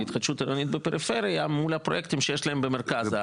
התחדשות עירונית בפריפריה על הפרויקטים שיש להם במרכז הארץ.